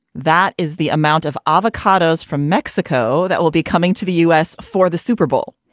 that is the amount of avocados from mexico that will be coming to the u s. for the super bowl.